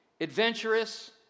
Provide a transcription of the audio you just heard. adventurous